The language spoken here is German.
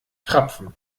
krapfen